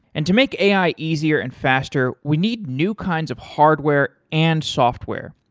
and to make ai easier and faster, we need new kinds of hardware and software,